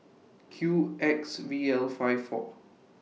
Q X V L five four